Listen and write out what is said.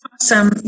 Awesome